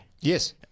Yes